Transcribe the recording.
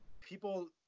people